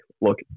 look